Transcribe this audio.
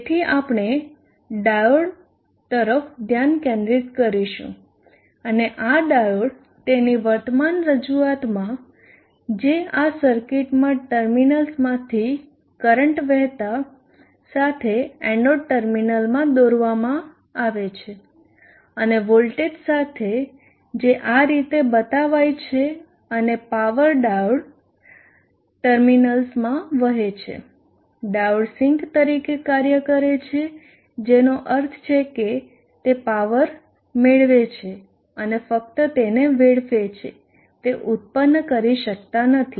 તેથી આપણે ડાયોડ તરફ ધ્યાન કેન્દ્રિત કરીશું અને આ ડાયોડ તેની વર્તમાન રજૂઆતમાં જે આ સર્કિટમાં ટર્મિનલ્સ માંથી કરંટ વહેતા સાથે એનોડ ટર્મિનલ માં દોરવામાં આવે છે અને વોલ્ટેજ સાથે જે આ રીતે બતાવાય છે અને પાવર ડાયોડ ટર્મિનલ્સમાં વહે છે ડાયોડ સિંક તરીકે કાર્ય કરે છે જેનો અર્થ છે કે તે પાવર મેળવે છે અને ફક્ત તેને વેડફે છે તે ઉત્પન્ન કરી શકતા નથી